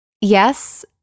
Yes